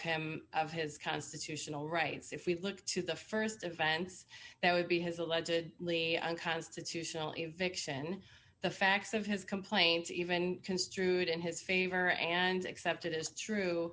him of his constitutional rights if we look to the st events that would be his allegedly unconstitutionally vixen the facts of his complaint even construed in his favor and accepted as true